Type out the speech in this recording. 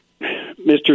Mr